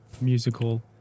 musical